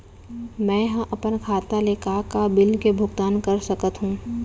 मैं ह अपन खाता ले का का बिल के भुगतान कर सकत हो